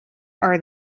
are